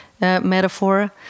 metaphor